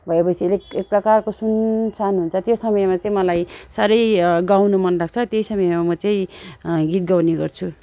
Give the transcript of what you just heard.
भएपछि अलिक एक प्रकारको सुनसान हुन्छ त्यो समयमा चाहिँ मलाई साह्रै गाउनु मन लाग्छ त्यही समयमा म चाहिँ गीत गाउने गर्छु